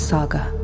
Saga